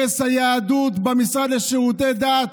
הרס היהדות במשרד לשירותי דת.